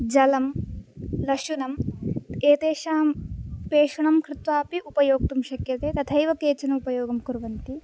जलं लशुनम् एतेषां पेषनं कृत्वा अपि उपयोक्तुं शक्यते तथैव केचन उपयोगं कुर्वन्ति